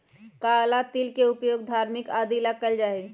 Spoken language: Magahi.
काला तिल के उपयोग धार्मिक आदि ला कइल जाहई